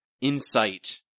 insight